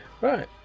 Right